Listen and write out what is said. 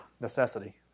necessity